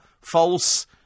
false